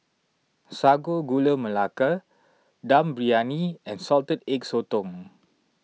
Sago Gula Melaka Dum Briyani and Salted Egg Sotong